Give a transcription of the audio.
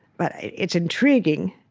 but it's intriguing.